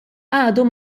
għadu